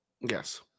Yes